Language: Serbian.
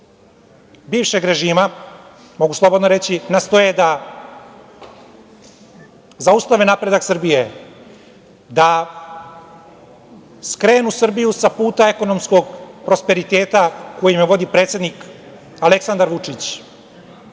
bivšeg režima, mogu slobodno reći, nastoje da zaustave napredak Srbije, da skrenu Srbiju sa puta ekonomskog prosperiteta kojim je vodi predsednik Aleksandar Vučić,